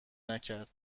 نکرد